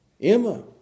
Emma